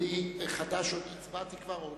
האם הצבעתי כבר על